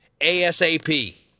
ASAP